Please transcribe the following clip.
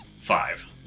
five